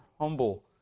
humble